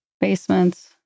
Basements